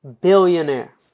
billionaire